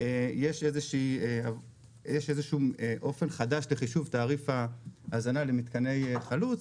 יש איזשהו אופן חדש לחישוב תעריף ההזנה למתקני 'חלוץ',